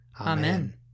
Amen